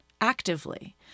actively